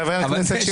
חבר הכנסת שירי,